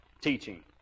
teaching